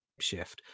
shift